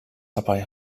dabei